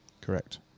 Correct